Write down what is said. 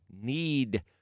need